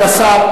בוא נתחלף,